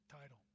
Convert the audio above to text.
title